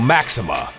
Maxima